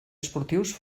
esportius